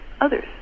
others